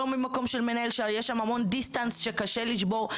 לא ממקום של מנהל שיש שם המון דיסטנס שקשה לשבור,